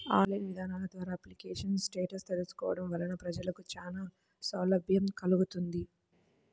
online ఇదానాల ద్వారా application status తెలుసుకోవడం వలన ప్రజలకు చానా సౌలభ్యం కల్గుతుంది